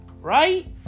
Right